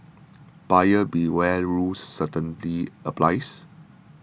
buyer beware rule certainly applies